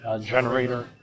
generator